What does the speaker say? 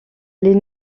les